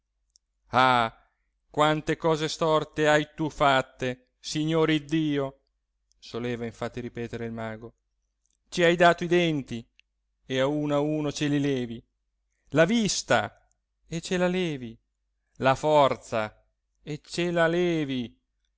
ah quante cose storte hai tu fatte signore iddio soleva infatti ripetere il mago ci hai dato i denti e a uno a uno ce li levi la vista e ce la levi la forza e ce la levi